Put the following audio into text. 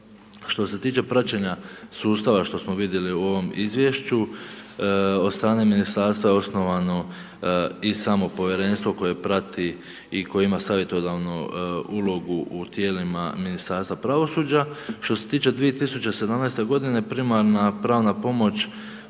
Što se tiče praćenja sustava što smo vidjeli u ovom izvješću, od strane ministarstva osnovano je i samo povjerenstvo koje prati i koje ima savjetodavnu ulogu u tijelima Ministarstva pravosuđa. Što se tiče 2017. g. primarna pravna pomoć